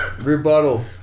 rebuttal